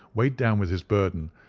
weighed down with his burden,